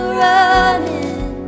running